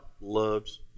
loves